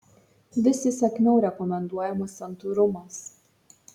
vis įsakmiau rekomenduojamas santūrumas